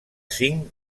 cinc